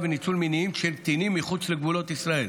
וניצול מיניים של קטינים מחוץ לגבולות ישראל,